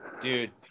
Dude